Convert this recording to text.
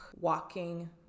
walking